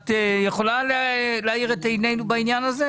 את יכולה להאיר את עיננו בעניין הזה?